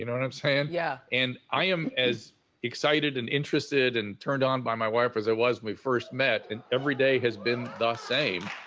you know what i'm saying? yeah and i am as excited and interested and turned on by my wife as i was when we first met and every day has been the same.